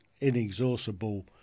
inexhaustible